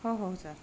हो हो सर